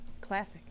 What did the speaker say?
Classic